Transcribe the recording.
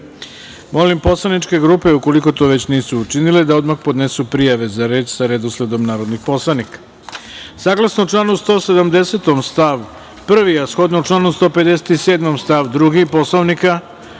poslaničke grupe ukoliko to već nisu učinile da odmah podnesu prijave za reč sa redosledom narodnih poslanika. Saglasno